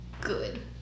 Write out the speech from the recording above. good